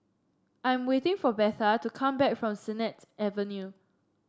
I'm waiting for Betha to come back from Sennett Avenue